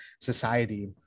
society